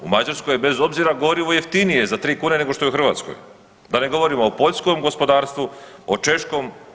U Mađarskoj je bez obzira gorivo jeftinije za 3 kune nego što je u Hrvatskoj, da ne govorimo o poljskom gospodarstvu, o češkom.